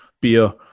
beer